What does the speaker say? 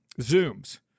Zooms